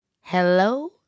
hello